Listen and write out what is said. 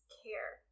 care